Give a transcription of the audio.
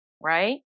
right